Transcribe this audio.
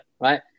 right